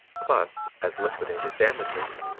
plus, as liquidated damages,